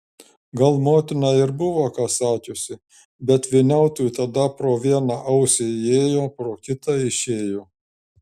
gal motina ir buvo ką sakiusi bet vyniautui tada pro vieną ausį įėjo pro kitą išėjo